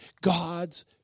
God's